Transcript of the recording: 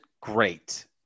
great